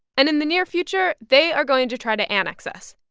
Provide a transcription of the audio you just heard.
and in the near future, they are going to try to annex us,